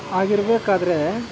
ಹಾಗಿರ್ಬೇಕಾದ್ರೆ